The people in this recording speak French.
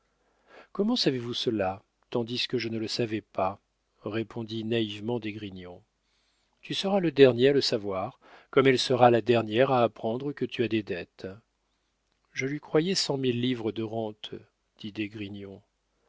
comment savez-vous cela tandis que je ne le sais pas répondit naïvement d'esgrignon tu seras le dernier à le savoir comme elle sera la dernière à apprendre que tu as des dettes je lui croyais cent mille livres de rente